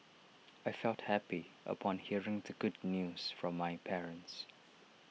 I felt happy upon hearing the good news from my parents